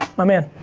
my man.